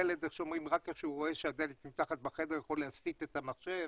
כשרק הילד רואה שהדלת נפתחת בחדר הוא יכול להסיט את המחשב